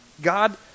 god